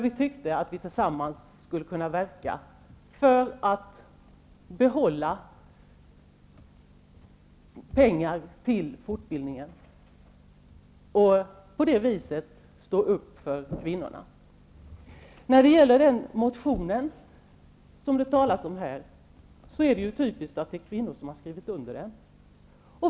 Vi tyckte då att vi tillsammans skulle kunna verka för att behålla pengar till fortbildningen och på det viset stå upp för kvinnorna. När det gäller den motion som det talas om här är det typiskt att det är kvinnor som har skrivit under den.